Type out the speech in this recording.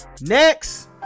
next